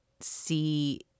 see